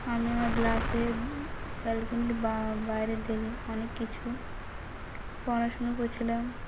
আমি আমার ব্লকের বালকনির বা বাইরে থেকে অনেক কিছু পড়াশুনো করছিলাম